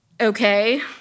okay